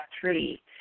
three